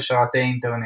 ושרתי אינטרנט.